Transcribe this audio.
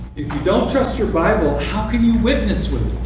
if you don't trust your bible, how can you witness with it?